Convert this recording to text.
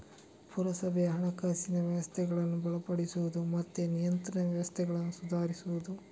ಪುರಸಭೆಯ ಹಣಕಾಸಿನ ವ್ಯವಸ್ಥೆಗಳನ್ನ ಬಲಪಡಿಸುದು ಮತ್ತೆ ನಿಯಂತ್ರಣ ವ್ಯವಸ್ಥೆಗಳನ್ನ ಸುಧಾರಿಸುದು